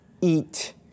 eat